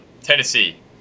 tennessee